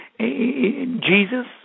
Jesus